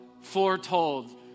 foretold